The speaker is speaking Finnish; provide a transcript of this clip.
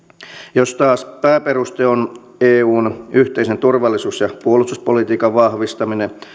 jos taas pääperuste on eun yhteisen turvallisuus ja puolustuspolitiikan vahvistaminen